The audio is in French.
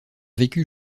vécu